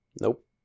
Nope